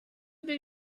they